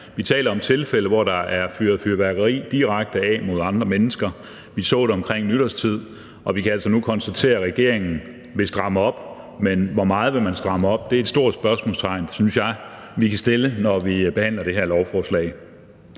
Vi taler om tilfælde, hvor der er fyret fyrværkeri af direkte mod andre mennesker. Vi så det omkring nytårstid, og vi kan altså nu konstatere, at regeringen vil stramme op, men hvor meget man vil stramme op, er et stort spørgsmål, som jeg synes vi kan stille, når vi behandler det her lovforslag.